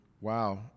wow